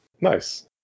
Nice